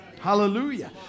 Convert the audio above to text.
Hallelujah